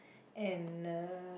and uh